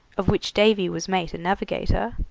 of which davy was mate and navigator,